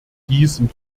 diesem